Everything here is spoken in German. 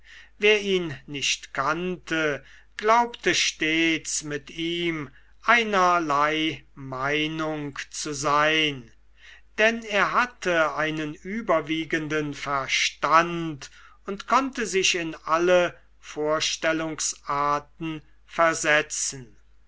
wer ihn nicht kannte glaubte stets mit ihm einerlei meinung zu sein denn er hatte einen überwiegenden verstand und konnte sich in alle vorstellungsarten versetzen